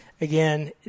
again